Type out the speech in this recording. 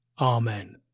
Amen